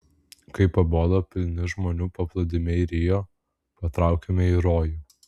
kai pabodo pilni žmonių paplūdimiai rio patraukėme į rojų